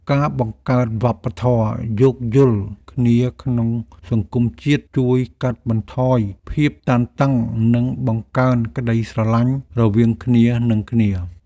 ការបង្កើតវប្បធម៌យោគយល់គ្នាក្នុងសង្គមជាតិជួយកាត់បន្ថយភាពតានតឹង និងបង្កើនក្តីស្រឡាញ់រវាងគ្នានឹងគ្នា។